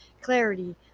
clarity